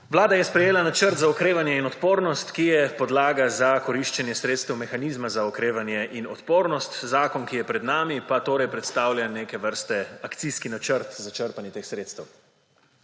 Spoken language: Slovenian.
Vlada je sprejela Načrt za okrevanje in odpornost, ki je podlaga za koriščenje sredstev mehanizma za okrevanje in odpornost. Zakon, ki je pred nami, pa torej predstavlja neke vrste akcijski načrt za črpanje teh sredstev.